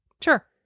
Sure